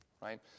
Right